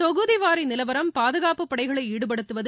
தொகுதிவாரிநிலவரம் பாதுகாப்புப் படைகளைஈடுபடுத்துவது